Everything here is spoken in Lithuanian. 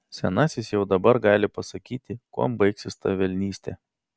senasis jau dabar gali pasakyti kuom baigsis ta velnystė